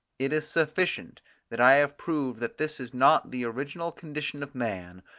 it is sufficient that i have proved that this is not the original condition of man,